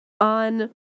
on